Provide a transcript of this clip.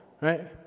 right